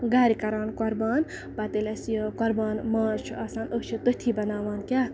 گرِ کران قۄربان پَتہٕ ییٚلہِ اسہِ یہِ قۄربان ماز چھُ آسان أسۍ چھِ تٔتھی بَناوان کیاہ